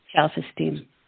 self-esteem